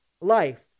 life